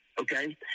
Okay